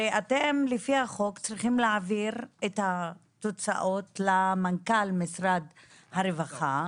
הרי אתם לפי החוק צריכים להעביר את התוצאות למנכ"ל משרד הרווחה,